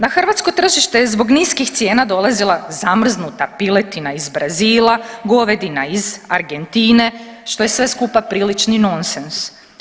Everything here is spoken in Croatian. Na hrvatsko tržište je zbog niskih cijena dolazila zamrznuta piletina iz Brazila, govedina iz Argentine što je sve skupa prilični nonsens.